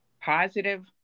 positive